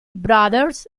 brothers